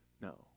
No